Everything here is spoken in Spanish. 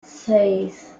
seis